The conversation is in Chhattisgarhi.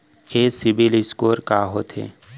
ये सिबील स्कोर का होथे?